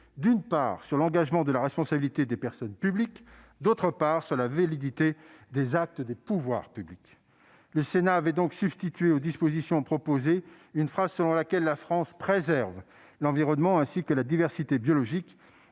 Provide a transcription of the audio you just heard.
d'une part, sur l'engagement de la responsabilité des personnes publiques, et, d'autre part, sur la validité des actes des pouvoirs publics. Le Sénat avait donc substitué aux dispositions proposées une phrase selon laquelle la France « préserve l'environnement ainsi que la diversité biologique